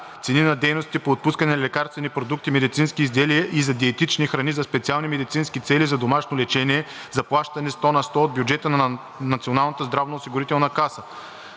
цени на дейностите по отпускане на лекарствени продукти, медицински изделия и за диетични храни за специални медицински цели за домашно лечение, заплащани 100 на сто от бюджета на НЗОК. 4б. методика за